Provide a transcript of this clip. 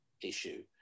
issue